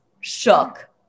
shook